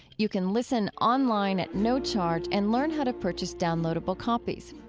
you can listen online at no charge and learn how to purchase downloadable copies.